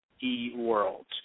e-world